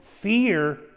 fear